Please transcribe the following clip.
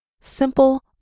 Simple